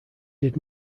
did